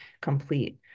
complete